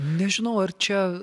nežinau ar čia